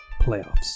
Playoffs